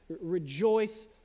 rejoice